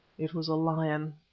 it was a lion.